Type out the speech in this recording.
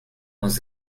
was